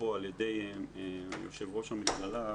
את התקנות שעדיין חסרות ונשלים את המלאכה הזו.